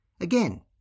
again